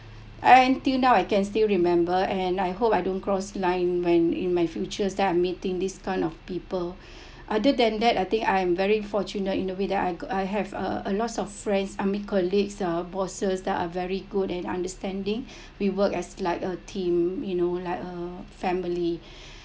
until now I can still remember and I hope I don't cross line when in my future then I meeting this kind of people other than that I think I'm very fortunate in the way that I I have a a lot of friends I mean colleagues uh bosses that are very good and understanding we work as like a team you know like a family